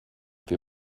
wir